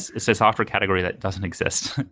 it's a software category that doesn't exist,